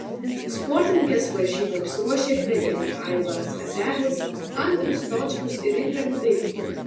sportininkes varžyboms ruošė treneriai aivaras kaselis andrius stočkus ir indrė bubelytė